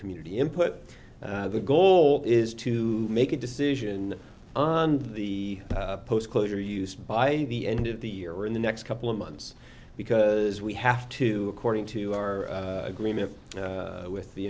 community input the goal is to make a decision on the post closure use by the end of the year or in the next couple of months because we have to corning to our agreement with the